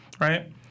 right